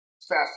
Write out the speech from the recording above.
fast